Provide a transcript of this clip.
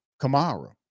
Kamara